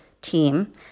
team